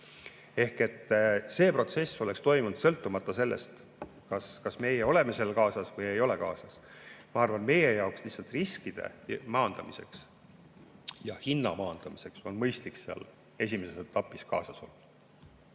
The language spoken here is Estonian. Ehk see protsess oleks toimunud sõltumata sellest, kas meie oleme kaasas või ei ole. Ma arvan, et meie jaoks on lihtsalt riskide maandamiseks ja hinna maandamiseks mõistlik esimeses etapis kaasas olla.